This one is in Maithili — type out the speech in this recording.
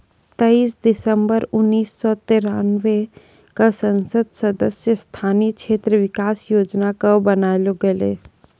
तेइस दिसम्बर उन्नीस सौ तिरानवे क संसद सदस्य स्थानीय क्षेत्र विकास योजना कअ बनैलो गेलैय